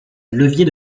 levier